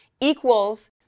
equals